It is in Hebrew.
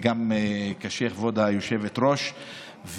כבוד היושבת-ראש.